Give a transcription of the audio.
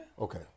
Okay